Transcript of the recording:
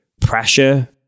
pressure